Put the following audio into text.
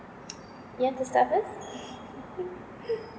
you want to start first